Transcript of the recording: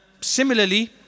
similarly